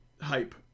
hype